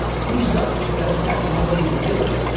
who's got the best technology to do it,